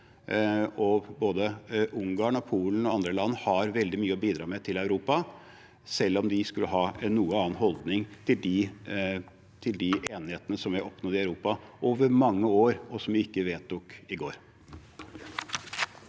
Både Ungarn og Polen og andre land har veldig mye å bidra med til Europa, selv om de skulle ha en noe annen holdning til de enighetene som er oppnådd i Europa over mange år, og som man ikke vedtok i går.